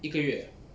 一个月